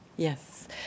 Yes